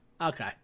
Okay